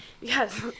Yes